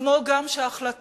כמו גם ההחלטה,